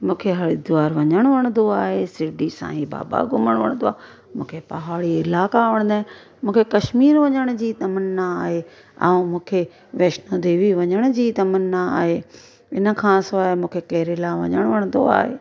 मूंखे हरिद्वार वठणु वणंदो आहे मूंखे शिरडी साईं बाबा घुमणु वणंदो आहे मूंखे पहाड़ी इलाइका वणंदा आहिनि मूंखे कश्मीर वञण जी तमना आहे ऐं मूंखे वैष्णो देवी वञण जी तमना आहे इन खां सवाइ मूंखे केरल वञणु वणंदो आहे